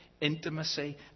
intimacy